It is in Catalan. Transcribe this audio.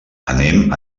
anem